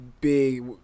big